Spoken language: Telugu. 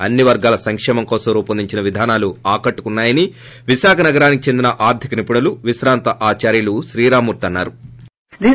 అన్ని వర్గాల సంకేమం కోసం రూపొందించిన విధనాలు ఆకట్టుకుంటన్నాయని విశాఖ నానికి ఆర్గిక నిపుణులు విశ్రాంత ఆచార్యలు శ్రీ రామ మూర్తి అన్నా రు